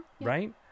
Right